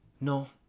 No